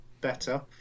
better